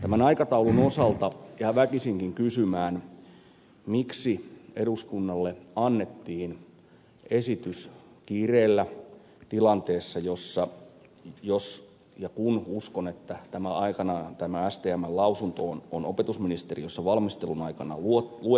tämän aikataulun osalta jää väkisinkin kysymään miksi eduskunnalle annettiin esitys kiireellä tilanteessa jos ja kun uskon että tämä stmn lausunto on aikanaan opetusministeriössä valmistelun aikana luettu ja huomioitu